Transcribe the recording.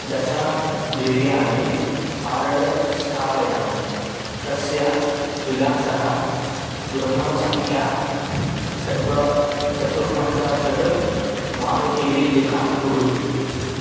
दश बिर्यानि आर्डर् स्थापयामि तस्य विलासः गृहसंख्या चत्वा चतुःपञ्चाशत् मारुतिवीथिका उडुपि